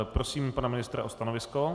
Prosím pana ministra o stanovisko.